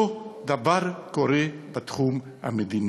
אותו דבר קורה בתחום המדיני.